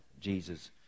Jesus